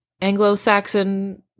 Anglo-Saxon